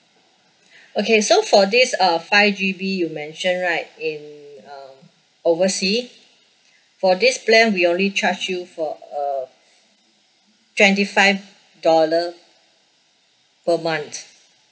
okay so for this uh five G_B you mentioned right in uh oversea for this plan we only charge you for um twenty five dollar per month